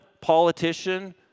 politician